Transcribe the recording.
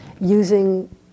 using